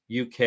UK